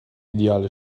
ideale